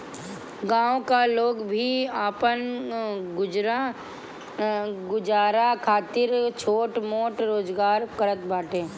गांव का लोग भी आपन गुजारा खातिर छोट मोट रोजगार करत बाटे